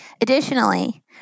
Additionally